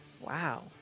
Wow